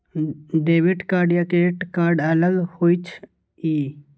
Debit card या credit card अलग होईछ ई?